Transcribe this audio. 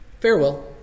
Farewell